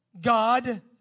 God